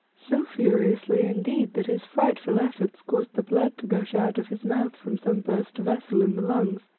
so furiously, indeed that his frightful efforts caused the blood to gush out of his mouth from some burst vessel in the lungs.